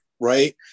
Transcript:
right